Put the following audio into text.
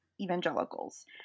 evangelicals